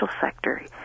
sector